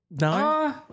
no